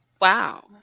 Wow